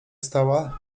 stała